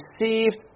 received